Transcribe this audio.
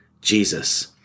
Jesus